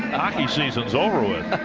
ah hockey season's over with.